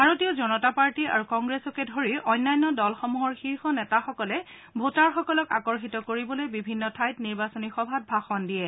ভাৰতীয় জনতা পাৰ্টী আৰু কংগ্ৰেছকে ধৰি অন্যান্য দলসমূহৰ শীৰ্ষ নেতাসকলে ভোটাৰসকলক আকৰ্ষিত কৰিবলৈ বিভিন্ন ঠাইত নিৰ্বাচনী সভাত ভাষণ দিয়ে